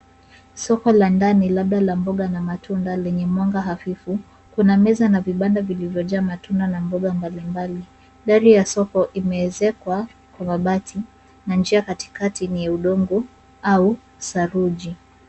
Soko la ndani labda la mbonga na matunda lenye mwanga hafifu, kuna meza na vibanda vilivyojaa matunda na mboga mbalimbali. Dari ya soko imeezekwa kwa mabati na njia ya katikati ni ya udongo au saruji.